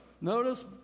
Notice